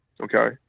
Okay